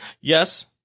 Yes